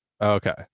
okay